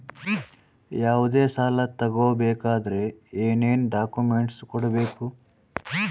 ಯಾವುದೇ ಸಾಲ ತಗೊ ಬೇಕಾದ್ರೆ ಏನೇನ್ ಡಾಕ್ಯೂಮೆಂಟ್ಸ್ ಕೊಡಬೇಕು?